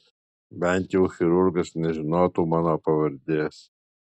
bent jau chirurgas nežinotų mano pavardės